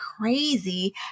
crazy